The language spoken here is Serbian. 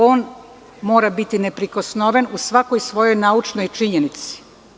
On mora biti neprikosnoven u svakoj svojoj naučnoj činjenici.